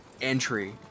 entry